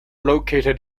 located